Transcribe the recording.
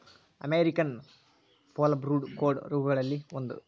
American foulbrood ಕೋಡ ರೋಗಗಳಲ್ಲಿ ಒಂದ